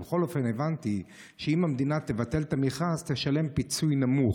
אבל בכל אופן הבנתי שאם המדינה תבטל את המכרז היא תשלם פיצוי נמוך,